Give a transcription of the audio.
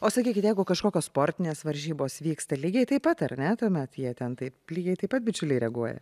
o sakykit jeigu kažkokios sportinės varžybos vyksta lygiai taip pat ar ne tuomet jie ten taip lygiai taip pat bičiuliai reaguoja